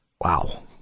Wow